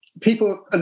People